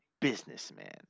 businessman